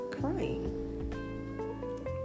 crying